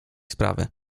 sprawy